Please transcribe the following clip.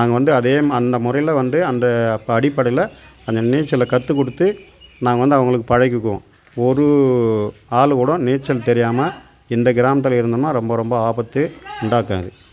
நாங்கள் வந்து அதே அந்த முறைல வந்து அந்த அடிப்படையில் அந்த நீச்சலை கற்றுக் கொடுத்து நாங்கள் வந்து அவங்களுக்கு பழகிக்குவோம் ஒரு ஆள் கூட நீச்சல் தெரியாமல் இந்த கிராமத்தில் இருந்தோம்னால் ரொம்ப ரொம்ப ஆபத்து உண்டாக்கும் அது